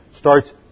Starts